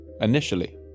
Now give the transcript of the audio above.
initially